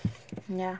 ya